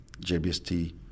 JBST